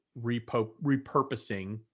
repurposing